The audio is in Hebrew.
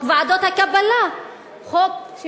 חוק ועדות הקבלה,